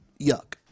yuck